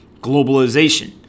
Globalization